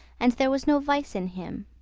and there was no vice in him.